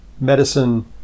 medicine